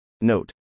Note